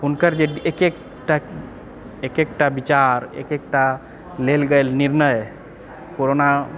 हुनकर जे एक एकटा एक एकटा विचार एक एकटा लेल गेल निर्णय कोरोना